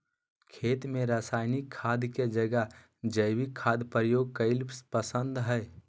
खेत में रासायनिक खाद के जगह जैविक खाद प्रयोग कईल पसंद हई